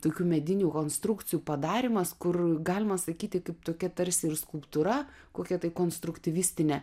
tokių medinių konstrukcijų padarymas kur galima sakyti kaip tokia tarsi ir skulptūra kokia tai konstruktyvistinė